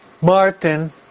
Martin